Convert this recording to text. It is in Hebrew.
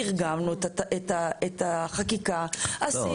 תרגמנו את החקיקה -- לא,